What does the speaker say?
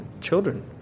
children